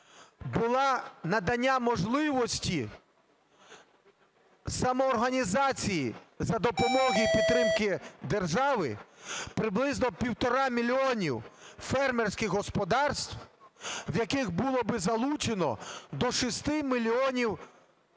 було надання можливості самоорганізації за допомоги і підтримки держави приблизно 1,5 мільйона фермерських господарств, в яких було би залучено до 6 мільйонів